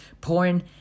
Porn